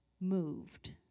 moved